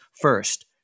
first